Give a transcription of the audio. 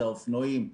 זה האופנועים,